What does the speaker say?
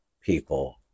people